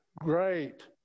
great